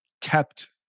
kept